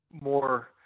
more